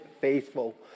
faithful